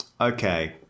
Okay